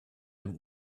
dem